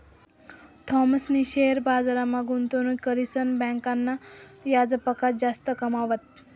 थॉमसनी शेअर बजारमा गुंतवणूक करीसन बँकना याजपक्सा जास्त कमावात